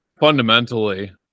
fundamentally